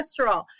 cholesterol